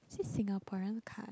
actually Singaporean card